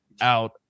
out